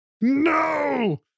No